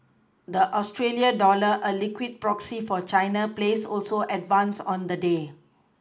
the Australia dollar a liquid proxy for China plays also advanced on the day